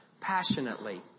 passionately